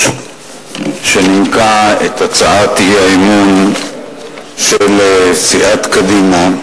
שנימקה את הצעת האי-אמון של סיעת קדימה,